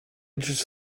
just